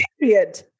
period